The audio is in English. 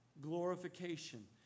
glorification